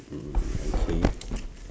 okay